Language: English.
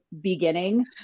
beginning